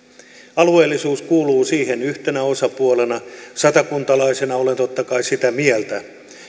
alueellisuus kuuluu siihen yhtenä osapuolena satakuntalaisena olen totta kai sitä mieltä